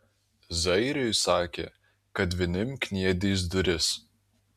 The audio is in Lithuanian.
zairiui sakė kad vinim kniedys duris